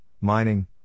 mining